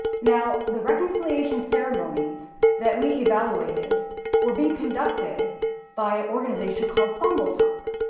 now the reconciliation ceremonies that we evaluated were being conducted by an organization called fambul tok,